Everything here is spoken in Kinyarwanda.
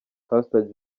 pastor